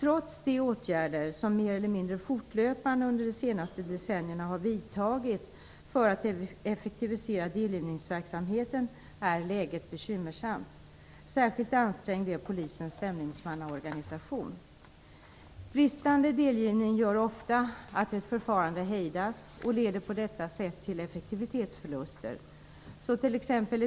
Trots de åtgärder som mer eller mindre fortlöpande under de senaste decennierna har vidtagits för att effektivisera delgivningsverksamheten är läget bekymmersamt. Särskilt ansträngd är polisens stämningsmannaorganisation. Bristande delgivning gör ofta att ett förfarande hejdas och leder på detta sätt till effektivitetsförluster.